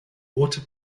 water